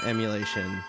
Emulation